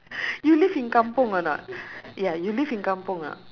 you live in kampung or not ya you live in kampung uh